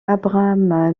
abraham